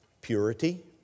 purity